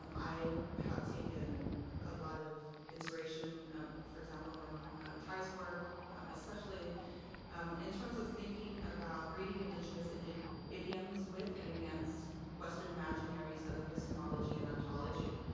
um i have taken a lot of inspiration for example from ty's work especially in terms of thinking about reading indigenous and idioms with and against western imaginaries of epistemology and ontology,